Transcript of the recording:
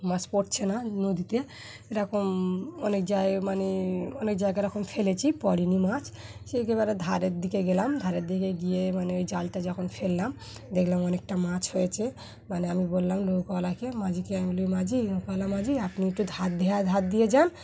মাছ পড়ছে না নদীতে এরকম অনেক জায়গায় মানে অনেক জায়গারকম ফেলেছি পরেনি মাছ সে একেবারে ধারের দিকে গেলাম ধারের দিকে গিয়ে মানে ওই জালটা যখন ফেললাম দেখলাম অনেকটা মাছ হয়েছে মানে আমি বললাম নৌকোওয়ালাকে ম মাঝিকে আমি লুই মাঝি নৌকোওয়লাা মাঝি আপনি একটু ধার ধার দিয়ে যান